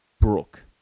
Brooke